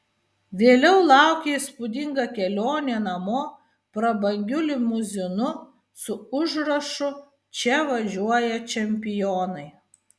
vėliau laukė įspūdinga kelionė namo prabangiu limuzinu su užrašu čia važiuoja čempionai